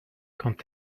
quand